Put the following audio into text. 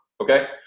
okay